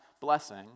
blessing